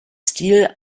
stil